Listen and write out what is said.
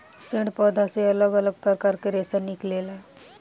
पेड़ पौधा से अलग अलग प्रकार के रेशा निकलेला